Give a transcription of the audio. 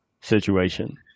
situation